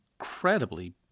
incredibly